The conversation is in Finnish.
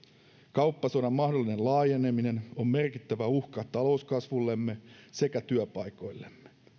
kauppasodan mahdollinen laajeneminen on merkittävä uhka talouskasvullemme sekä työpaikoillemme